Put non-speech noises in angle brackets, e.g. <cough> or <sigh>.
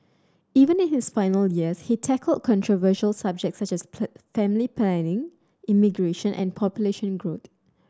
even in his final years he tackled controversial subjects such as <unintelligible> family planning immigration and population growth